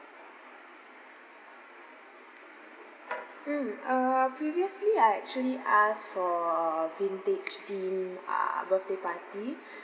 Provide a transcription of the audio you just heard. mm err previously I actually asked for vintage theme uh birthday party